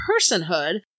personhood